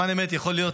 למען האמת, יכול להיות,